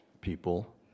people